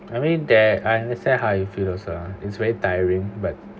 I mean they I understand how it feels also lah it's very tiring but